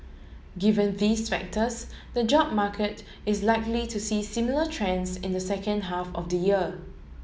given these factors the job market is likely to see similar trends in the second half of the year